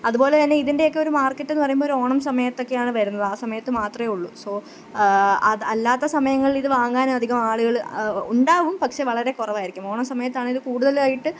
അതുപോലെതന്നെ ഇതിന്റെയൊക്കെ ഒരു മാർക്കെറ്റെന്ന് പറയുമ്പം ഒരോണം സമയത്തൊക്കെയാണ് വരുന്നത് ആ സമയത്ത് മാത്രമേ ഉള്ളു സോ അത് അല്ലാത്ത സമയങ്ങളിൽ ഇത് വാങ്ങാൻ അധികം ആളുകൾ ഉണ്ടാകും പക്ഷെ വളരെ കുറവായിരിക്കും ഓണം സമയത്താണിത് കൂടുതലായിട്ട്